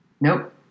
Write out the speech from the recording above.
Nope